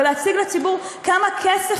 ולהציג לציבור כמה כסף,